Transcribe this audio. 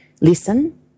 listen